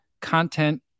content